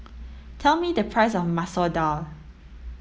tell me the price of Masoor Dal